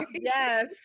Yes